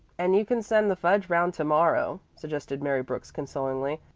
and you can send the fudge round to-morrow, suggested mary brooks consolingly.